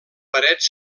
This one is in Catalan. parets